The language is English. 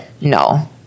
no